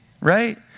right